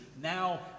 now